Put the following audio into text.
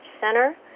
Center